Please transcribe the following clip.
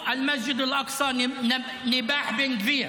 ומסגד אל-אקצא לעולם לא יינזק מהנביחות של בן גביר),